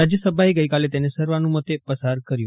રાજ્યસભાએ ગઈકાલે તેને સર્વાનુમતે પસાર કર્યું